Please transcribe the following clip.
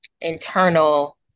internal